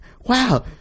Wow